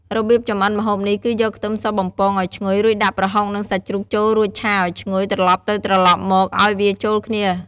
របៀបចម្អិនម្ហូបនេះ គឺយកខ្ទឹមសបំពងឲ្យឈ្ងុយ រួចដាក់ប្រហុកនឹងសាច់ជ្រូកចូលរួចឆាឲ្យឈ្ងុយ ត្រឡប់ទៅត្រឡប់មកឲ្យវាចូលគ្នា។